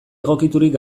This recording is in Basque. egokiturik